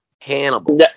Hannibal